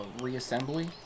Reassembly